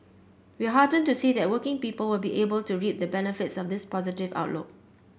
we are heartened to see that working people will be able to reap the benefits of this positive outlook